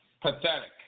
Pathetic